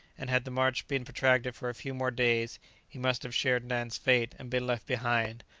and had the march been protracted for a few more days he must have shared nan's fate and been left behind,